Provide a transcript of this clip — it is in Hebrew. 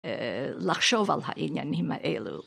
לחשוב על העניינים האלו.